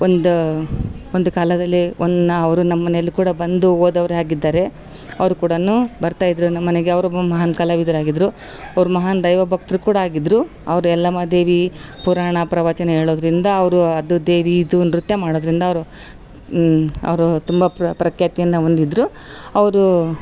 ಒಂದು ಒಂದು ಕಾಲದಲ್ಲಿ ಒನ್ನ ಅವರು ನಮ್ಮ ಮನೇಲಿ ಕೂಡ ಬಂದು ಹೋದವ್ರೆ ಆಗಿದ್ದಾರೆ ಅವ್ರು ಕೂಡ ಬರ್ತಾಯಿದ್ರು ನಮ್ಮ ಮನೆಗೆ ಅವರು ಮಹಾನ್ ಕಲಾವಿದ್ರು ಆಗಿದ್ರು ಅವ್ರು ಮಹಾನ್ ದೈವ ಭಕ್ತ್ರು ಕೂಡ ಆಗಿದ್ರು ಅವ್ರು ಎಲ್ಲಮ್ಮ ದೇವಿ ಪುರಾಣ ಪ್ರವಚನ ಹೇಳೋದ್ರಿಂದ ಅವರು ಅದು ದೇವಿ ಇದು ನೃತ್ಯ ಮಾಡೋದ್ರಿಂದ ಅವರು ಅವರು ತುಂಬ ಪ್ರಖ್ಯಾತಿಯನ್ನ ಹೊಂದಿದ್ರು ಅವರು